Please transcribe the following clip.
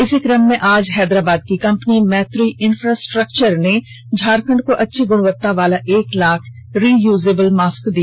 इसी क्रम मे आज हैदराबाद की कंपनी मैत्री इंफ्रास्ट्रक्चर ने झारखंड को अच्छी गुणवत्ता वाला एक लाख रियूजेबल मास्क दिया